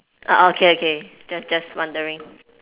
ah oh okay okay just just wondering